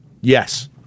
yes